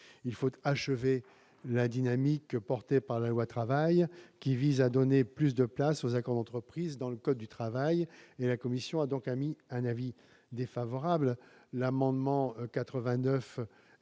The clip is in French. Il faut achever la dynamique portée par la loi Travail, qui vise à donner plus de place aux accords d'entreprise dans le code du travail. La commission émet donc un avis défavorable sur ces